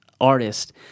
artist